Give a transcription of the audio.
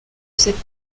cette